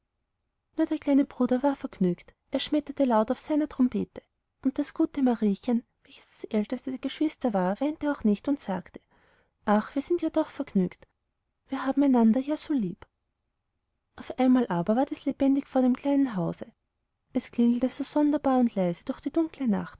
nur der kleine bruder war vergnügt der schmetterte laut auf seiner trompete und das gute mariechen welches das älteste der geschwister war weinte auch nicht und sagte ach wir sind doch vergnügt wir haben einander ja so lieb auf einmal aber ward es lebendig vor dem kleinen hause es klingelte so sonderbar und leise durch die dunkle nacht